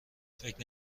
فکر